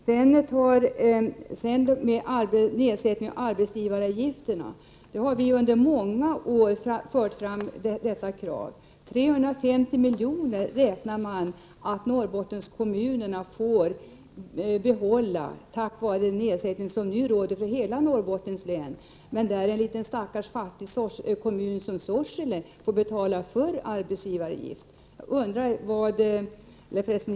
Folkpartiet har under många år fört fram kravet på en nedsättning av arbetsgivaravgifterna. 350 miljoner räknar man med att Norrbottenskommunerna får behålla tack vare den nedsättning av arbetsgivaravgifterna som gäller i hela Norrbottens län. Men i en stackars kommun som Sorsele får man betala full arbetsgivaravgift.